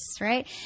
right